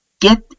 get